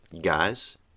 guys